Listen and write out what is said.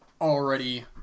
already